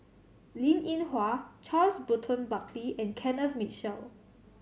Linn In Hua Charles Burton Buckley and Kenneth Mitchell